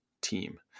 team